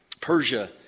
Persia